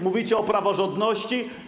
Mówicie o praworządności?